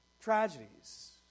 tragedies